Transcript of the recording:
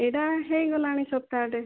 ଏଇଟା ହେଇଗଲାଣି ସପ୍ତାହଟେ